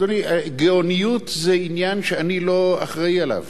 אדוני, גאוניות זה עניין שאני לא אחראי עליו.